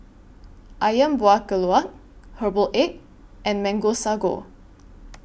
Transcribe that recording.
Ayam Buah Keluak Herbal Egg and Mango Sago